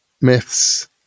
myths